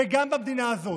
וגם במדינה הזאת.